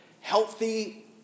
Healthy